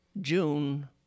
June